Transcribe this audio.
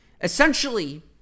Essentially